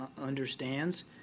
understands